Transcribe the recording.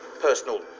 personal